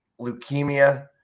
leukemia